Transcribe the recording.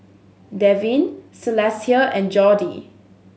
Devyn Celestia and Jordy